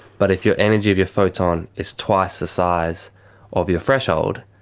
but if your energy of your photon is twice the size of your threshold,